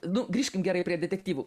nu grįžkim gerai prie detektyvų